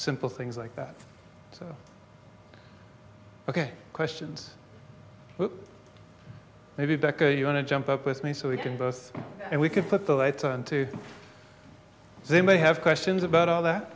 simple things like that so ok questions maybe becca you want to jump up with me so we can both and we can put the i turn to they may have questions about all that